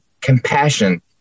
compassion